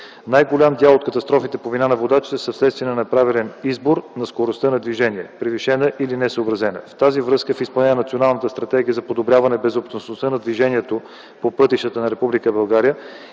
Най-голям дял от катастрофите по вина на водачите са вследствие на неправилен избор на скоростта на движение – превишена или несъобразена. В тази връзка в изпълнение на Националната стратегия за подобряване безопасността на движението по пътищата на